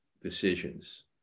decisions